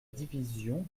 division